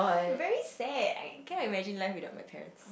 very sad I can't imagine my life without my parents